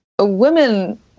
Women